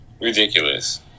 Ridiculous